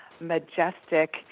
majestic